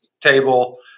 table